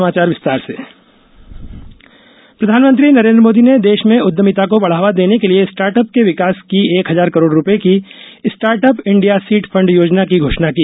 startup PM प्रधानमंत्री नरेन्द्र मोदी ने देश में उद्यमिता को बढावा देने के लिए स्टार्टअप के विकास की एक हजार करोड रूपये की स्टार्टअप इंडिया सीड फंड योजना की घोषणा की